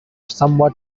somewhat